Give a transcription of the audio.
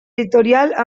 editorial